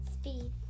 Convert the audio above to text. speed